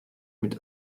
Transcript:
mit